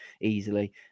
easily